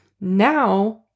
now